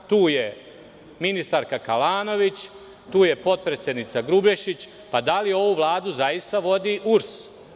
Tu je ministarka Kalanović, tu je potpredsednica Grubješić, pa da li ovu Vladu zaista vodi URS?